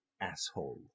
asshole